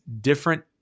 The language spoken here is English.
different